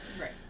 Right